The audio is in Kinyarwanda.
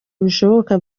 ibishoboka